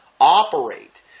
operate